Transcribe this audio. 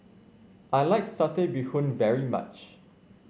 I like Satay Bee Hoon very much